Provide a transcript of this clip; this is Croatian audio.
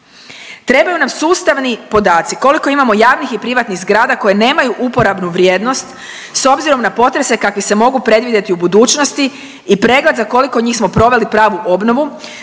Trebaju nam sustavni podaci koliko imamo javnih i privatnih zgrada koje nemaju uporabnu vrijednost s obzirom na potrese kakvi se mogu predvidjeti u budućnosti i pregled za koliko njih smo proveli pravu obnovu,